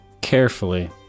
Carefully